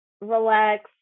relax